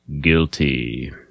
Guilty